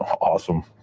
Awesome